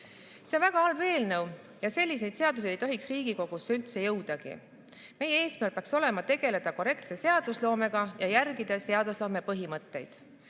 on väga halb eelnõu ja selliseid [eelnõusid] ei tohiks Riigikogusse üldse jõudagi. Meie eesmärk peaks olema tegeleda korrektse seadusloomega ja järgida seadusloome põhimõtteid,